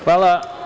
Hvala.